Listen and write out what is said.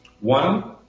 One